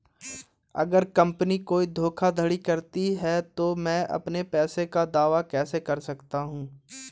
अगर कंपनी कोई धोखाधड़ी करती है तो मैं अपने पैसे का दावा कैसे कर सकता हूं?